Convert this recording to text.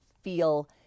feel